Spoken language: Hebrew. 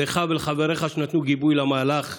לך ולחבריך שנתנו גיבוי למהלך.